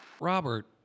Robert